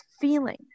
feeling